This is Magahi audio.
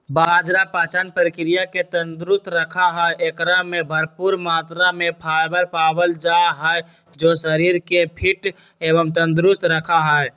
बाजरा पाचन क्रिया के तंदुरुस्त रखा हई, एकरा में भरपूर मात्रा में फाइबर पावल जा हई जो शरीर के फिट एवं तंदुरुस्त रखा हई